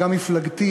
וגם מפלגתי,